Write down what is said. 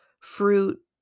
fruit